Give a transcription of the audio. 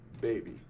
baby